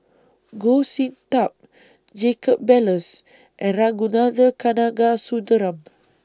Goh Sin Tub Jacob Ballas and Ragunathar Kanagasuntheram